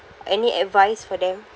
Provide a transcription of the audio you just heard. any advice for them